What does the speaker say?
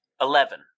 eleven